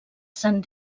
saint